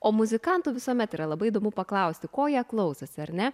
o muzikantų visuomet yra labai įdomu paklausti ko jie klausosi ar ne